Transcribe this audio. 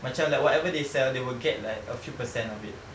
macam whatever they sell they will get like a few percent of it